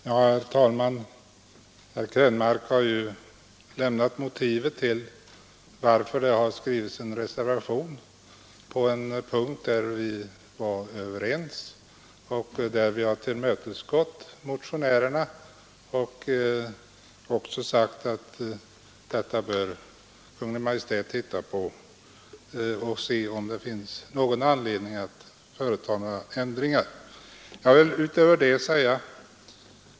Herr talman! Herr Krönmark har angivit motiven till att det skrivits en reservation på en punkt, där vi var överens. Utskottet har tillmötesgått motionärerna och förklarat att detta bör Kungl. Maj:t undersöka för att se om det finns anledning att företa några ändringar.